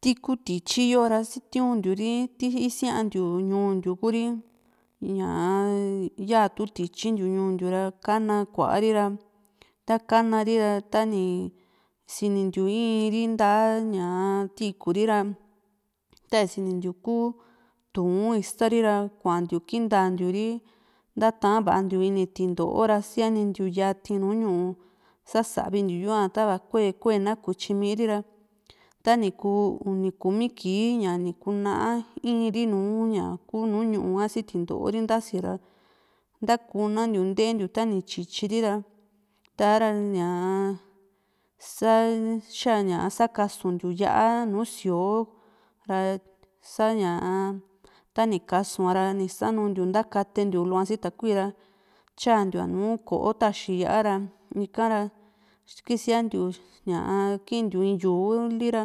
tii ku tityiyo ra sitiuntiu ri ti isia´a ntiu ñuu ntiu Kuri ñaa yaa tu tityintiu ñuu ntiu ra ka´na kuari ra ta ka´na ri ra ta ni sinintiu iri´i nta´a ñaa tiikù ri ra tani sinintiu kuu tuun istari ra kuantiu kintantíuri ntata va´a ntiu ini tinto´o ra siani ya´tintiu nu ñu´u ntiu sasavi ntiu yua tava kue kue na kutyimiri ra tani kuu uni kumi kii ña ni kun´a iiri ñaku nùù ñuu kasi sii tinto´o ri ntasi ra ntakuna ntiu ntentiu ta ta´ni tyityi ri ra sa´ra ña sa xasakasuntiu yá´a nùù síoo ta sa´ña tani kasua ra ni sanuntiu´a ntakatentiu lu si takui ra tyantiua nùù ko´o taxi yá´a ra ikara kisiantiu ñaa kiintiu in yu´u lira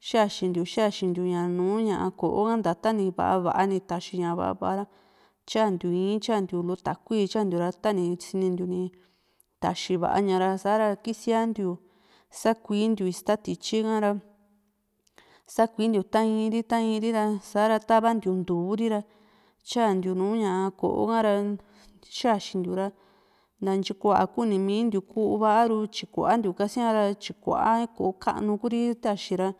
xaxintiu xaxintiu ña nuña koó ka nta ta va´a va´a ni taxi ña va´a va´a ra tyantiu ii´n tyantiu lu takui tyantiu ra tani sinintiu ni taxi va´a ña´ra sa´ra kisiantiu sakuintiu ista tityi hara sakuintiu ta in ri ta in ri ra sa´ra tavanti ntuuri ra tyantiu nùù ko´o ara xaxintiu ra na ntyi kua kunimintiu ku u´vaa a kuantiu kasiaara kua ko´o kanu Kuri taxi ra